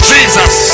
Jesus